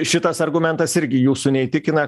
šitas argumentas irgi jūsų neįtikina